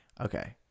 Okay